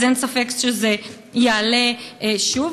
אז אין ספק שזה יעלה שוב.